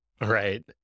Right